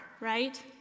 right